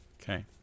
Okay